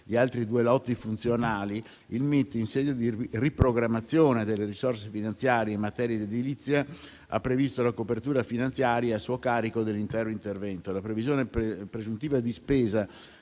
gli altri due lotti funzionali, il MIT, in sede di riprogrammazione delle risorse finanziarie in materia di edilizia, ha previsto la copertura finanziaria a suo carico dell'intero intervento. La previsione presuntiva di spesa